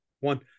one